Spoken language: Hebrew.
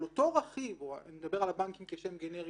אותו רכיב אני מדבר על הבנקים כשם גנרי